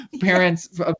parents